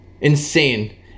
Insane